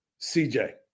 CJ